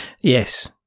Yes